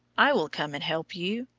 i will come and help you.